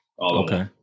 Okay